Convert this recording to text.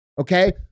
okay